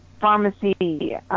pharmacy